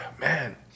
man